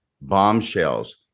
bombshells